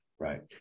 Right